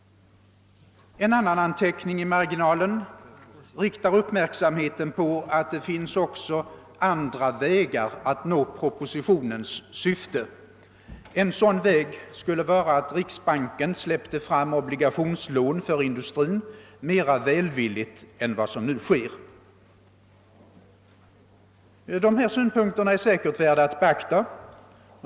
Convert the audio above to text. En annan anteckning i marginalen riktar uppmärksamheten på att det också finns andra vägar att nå propositionens syfte. En sådan väg skulle vara att riksbanken släppte fram obligationslån för industrin mera välvilligt än vad som nu sker. Dessa synpunkter är sä kerligen värda att beakta.